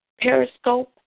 Periscope